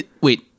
Wait